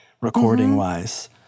recording-wise